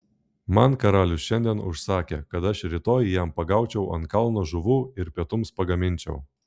man karalius šiandien užsakė kad aš rytoj jam pagaučiau ant kalno žuvų ir pietums pagaminčiau